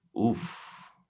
Oof